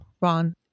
Ron